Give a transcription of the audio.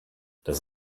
das